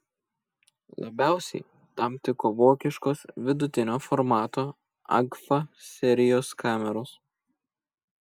labiausiai tam tiko vokiškos vidutinio formato agfa serijos kameros